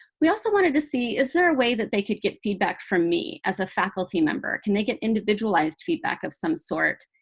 we also wanted to see is there a way that they could get feedback from me as a faculty member. can they get individualized feedback of some sort?